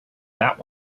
that